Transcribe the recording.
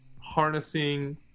harnessing